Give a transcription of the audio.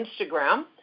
Instagram